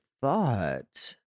thought